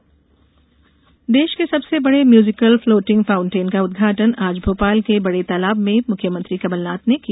fountain film देश के सबसे बड़े म्यूजिकल फ्लोटिंग फाउंटेन का उद्घाटन आज भोपाल के बड़े तालाब में मुख्यमंत्री कमलनाथ ने किया